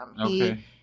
Okay